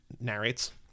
narrates